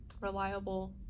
reliable